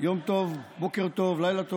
יום טוב, בוקר טוב, לילה טוב.